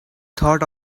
thought